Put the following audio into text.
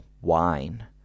wine